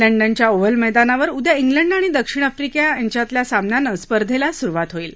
लंडनच्या ओव्हल मैदानावर उद्या आणि दक्षिण आफ्रिका यांच्यातल्या सामन्यानं स्पर्धेला सुरुवात होईल